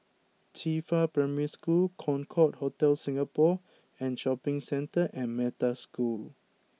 Qifa Primary School Concorde Hotel Singapore and Shopping Centre and Metta School